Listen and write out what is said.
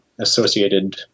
associated